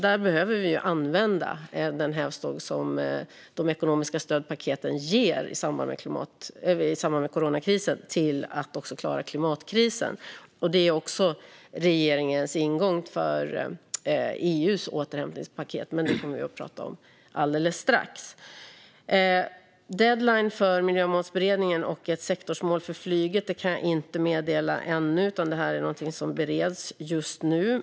Där behöver vi använda den hävstång som de ekonomiska stödpaketen ger i samband med coronakrisen till att också klara klimatkrisen. Det är också regeringens ingång för EU:s återhämtningspaket, men det kommer vi att tala om alldeles strax. Deadline för Miljömålsberedningen och sektorsmål för flyget kan jag inte meddela ännu. Detta är någonting som bereds just nu.